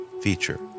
feature